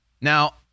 Now